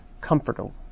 comfortable